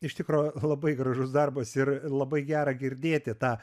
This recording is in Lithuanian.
iš tikro labai gražus darbas ir labai gera girdėti tą